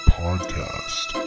podcast